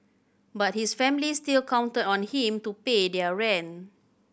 but his family still counted on him to pay their rent